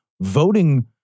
voting